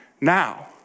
now